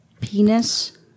penis